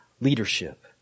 leadership